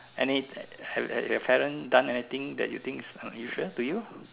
any have have your parents done anything that you think unusual to you